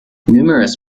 numerous